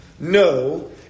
No